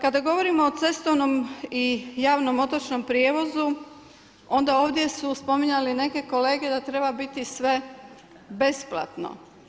Kada govorimo o cestovnom i javno otočnom prijevozu, onda ovdje su spominjali neke kolege da treba biti sve besplatno.